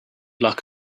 luck